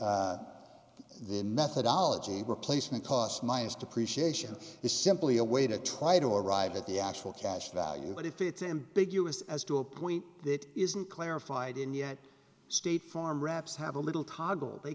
methodology replacement cost minus to krishi a show is simply a way to try to arrive at the actual cash value but if it's ambiguous as to a point that isn't clarified in yet state farm wraps have a little toggle they